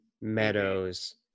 Meadows